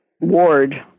ward